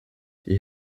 die